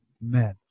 men